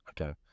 Okay